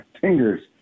fingers